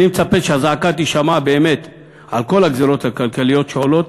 אני מצפה שהזעקה תישמע באמת על כל הגזירות הכלכליות שעולות